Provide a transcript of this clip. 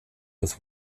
with